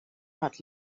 hat